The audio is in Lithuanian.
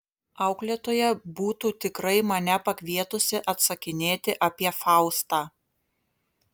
auklėtoja būtų tikrai mane pakvietusi atsakinėti apie faustą